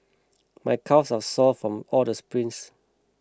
my calves are sore from all the sprints